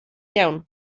iawn